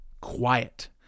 quiet